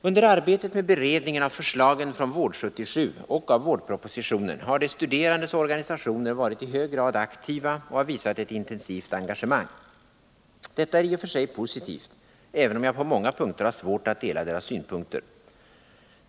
Under arbetet med beredningen av förslagen från Vård 77 och av vårdpropositionen har de studerandes organisationer varit i hög grad aktiva och har visat ett intensivt engagemang. Detta är i och för sig positivt, även om jag på många punkter har svårt att dela deras synpunkter.